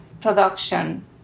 production